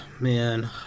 man